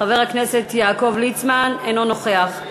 חבר הכנסת יעקב ליצמן אינו נוכח.